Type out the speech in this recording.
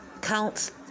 counts